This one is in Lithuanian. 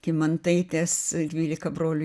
kymantaitės dvylika brolių